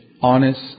Honest